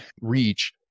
reach